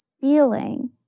feeling